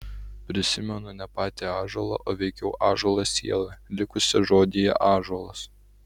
prisimenu ne patį ąžuolą o veikiau ąžuolo sielą likusią žodyje ąžuolas